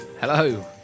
Hello